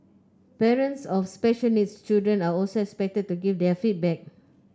parents of special needs children are also expected to give their feedback